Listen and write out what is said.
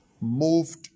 moved